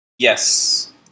Yes